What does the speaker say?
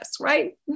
right